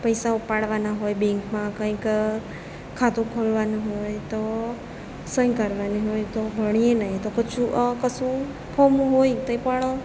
પૈસા ઉપાડવાના હોય બેંકમાં કંઈક ખાતું ખોલવાનું હોય તો સહી કરવાની હોય તો ભણીએ નહીં તો પછી કશું ફોર્મ હોય તે પણ